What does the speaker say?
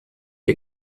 que